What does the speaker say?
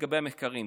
לגבי המחקרים.